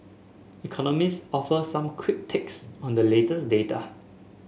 economists offer some quick takes on the latest data